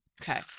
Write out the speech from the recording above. Okay